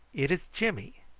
it is jimmy!